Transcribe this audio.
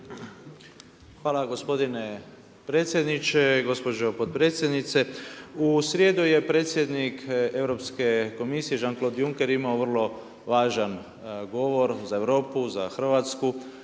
Hvala gospodine predsjedniče. Gospođo potpredsjednice, u srijedu je predsjednik Europske komisije Jean Claude Juncker imao vrlo važan govor za Europu, za Hrvatsku,